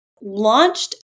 launched